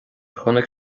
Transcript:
chonaic